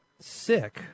sick